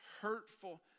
hurtful